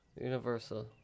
Universal